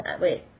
wait